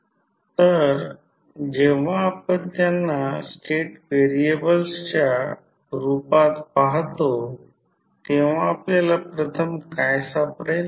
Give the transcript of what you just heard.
45 तर जेव्हा आपण त्यांना स्टेट व्हेरिएबलच्या रूपात पाहतो तेव्हा आपल्याला प्रथम काय सापडेल